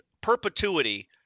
perpetuity